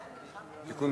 כן,